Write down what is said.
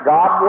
God